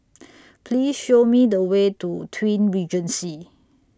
Please Show Me The Way to Twin Regency